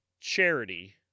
charity